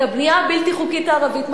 את הבנייה הבלתי-חוקית הערבית מכשירים.